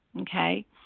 okay